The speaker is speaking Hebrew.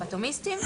הפלבוטומיסטים.